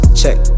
check